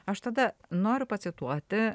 aš tada noriu pacituoti